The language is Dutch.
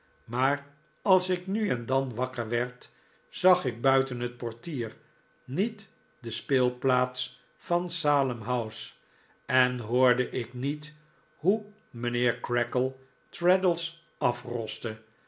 maar als ik nu en dan wakker werd zag ik buiten het portier niet de speelplaats van salem house en hoorde ik niet hoe mijnheer creakle traddles afroste